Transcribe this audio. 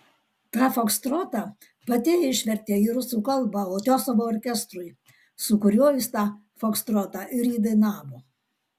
tą fokstrotą pati išvertė į rusų kalbą utiosovo orkestrui su kuriuo jis tą fokstrotą ir įdainavo